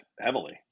heavily